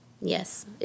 Yes